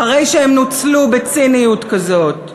אחרי שהם נוצלו בציניות כזאת?